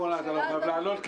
ונא לא לענות,